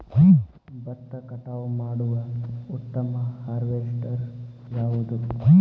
ಭತ್ತ ಕಟಾವು ಮಾಡುವ ಉತ್ತಮ ಹಾರ್ವೇಸ್ಟರ್ ಯಾವುದು?